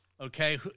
Okay